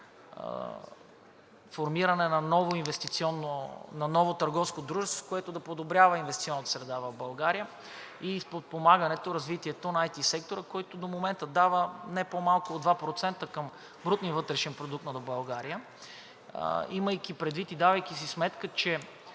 формиране на ново търговско дружество, което да подобрява инвестиционната среда в България и с подпомагане развитието на IT сектора, който до момента дава не по-малко от 2% към брутния вътрешен продукт на България, имайки предвид и давайки си сметка, че